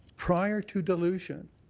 prior to dilution,